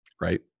right